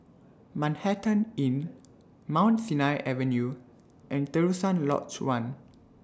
Manhattan Inn Mount Sinai Avenue and Terusan Lodge one